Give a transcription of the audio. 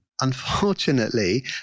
Unfortunately